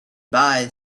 bye